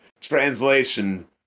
Translation